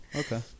okay